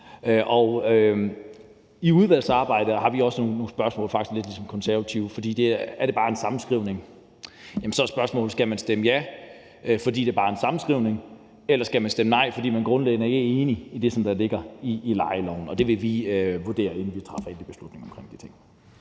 med udvalgsarbejdet, faktisk lidt ligesom De Konservative, for hvis det bare er en sammenskrivning, så er spørgsmålet, om man skal stemme ja, fordi det bare er en sammenskrivning, eller om man skal stemme nej, fordi man grundlæggende ikke er enig i det, som ligger i lejeloven, og det vil vi vurdere, inden vi træffer en endelig beslutning om de ting.